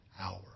hour